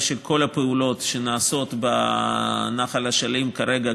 של כל הפעולות שנעשות בנחל אשלים כרגע,